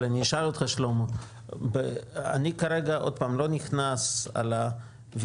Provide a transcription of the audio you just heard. אבל אני אשאל אותך שלמה: אני כרגע לא נכנס לוויכוחים,